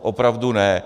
Opravdu ne.